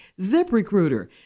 ZipRecruiter